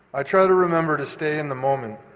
i try to remember to stay in the moment,